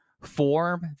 form